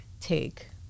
take